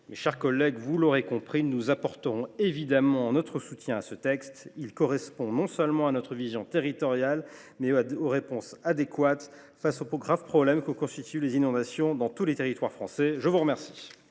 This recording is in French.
Mes chers collègues, vous l’aurez compris, nous apporterons évidemment notre soutien à ce texte. Non seulement il correspond à notre vision territoriale, mais il apporte des réponses adéquates face au grave problème que constituent les inondations dans tous les territoires français. La parole